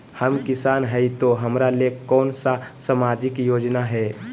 हम किसान हई तो हमरा ले कोन सा सामाजिक योजना है?